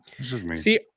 see